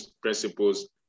principles